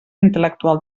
intel·lectual